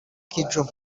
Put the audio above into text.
kidjo